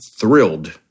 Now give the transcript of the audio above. thrilled